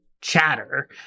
chatter